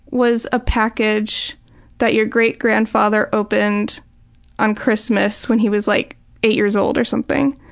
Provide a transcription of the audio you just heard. was a package that your great grandfather opened on christmas when he was like eight years old or something.